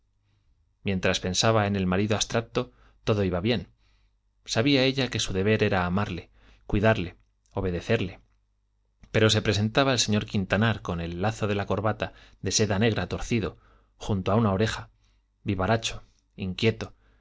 mientras pensaba en el marido abstracto todo iba bien sabía ella que su deber era amarle cuidarle obedecerle pero se presentaba el señor quintanar con el lazo de la corbata de seda negra torcido junto a una oreja vivaracho inquieto